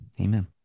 Amen